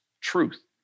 truth